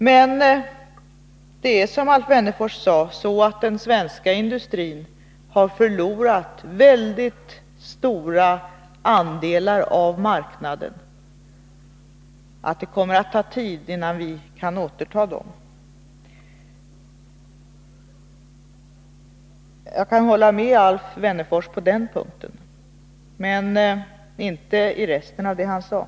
Men den svenska industrin har, som Alf Wennerfors sade, förlorat så stora andelar av marknaden att det kommer att ta tid innan vi kan återta dem. Jag kan hålla med Alf Wennerfors på denna punkt, men inte i resten av det han sade.